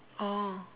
oh